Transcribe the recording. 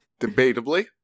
Debatably